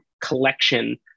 collection